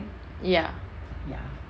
ya